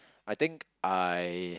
I think I